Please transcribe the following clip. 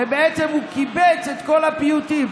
ובעצם הוא קיבץ את כל הפיוטים